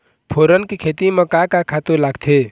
फोरन के खेती म का का खातू लागथे?